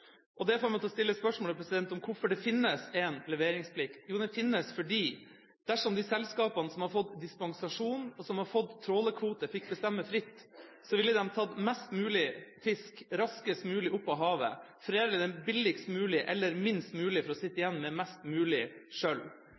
Det får meg til å stille spørsmålet: Hvorfor finnes det en leveringsplikt? Jo, den finnes fordi dersom de selskapene som har fått dispensasjon, og som har fått trålkvoter, fikk bestemme fritt, ville de tatt mest mulig fisk raskest mulig opp av havet, foredlet den på billigst mulig måte, eller minst mulig, for å sitte igjen med mest mulig